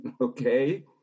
okay